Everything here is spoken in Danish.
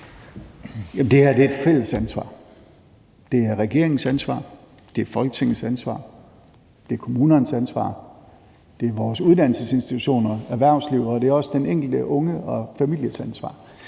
det her er et fælles ansvar: Det er regeringens ansvar, det er Folketingets ansvar, det er kommunernes ansvar, det er vores uddannelsesinstitutioner og erhvervslivets ansvar. Og det er også den enkelte unge og families ansvar.